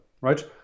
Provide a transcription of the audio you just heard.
right